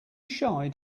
shy